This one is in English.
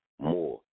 more